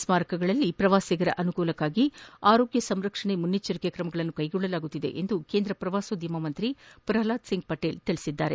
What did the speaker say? ಸ್ತಾರಕಗಳಲ್ಲಿ ಪ್ರವಾಸಿಗರ ಅನುಕೂಲಕ್ಕಾಗಿ ಆರೋಗ್ಯ ಸಂರಕ್ಷಣಾ ಮುಂಜಾಗ್ರತಾ ಕ್ರಮಗಳನ್ನು ಕೈಗೊಳ್ಳಲಾಗುತ್ತಿದೆ ಎಂದು ಕೇಂದ್ರ ಪ್ರವಾಸೋದ್ಯಮ ಸಚಿವ ಪ್ರಲ್ಹಾದ್ ಸಿಂಗ್ ಪಟೇಲ್ ತಿಳಿಸಿದ್ದಾರೆ